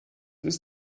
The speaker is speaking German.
ist